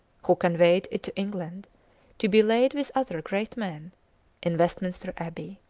who conveyed it to england to be laid with other great men in westminster abbey.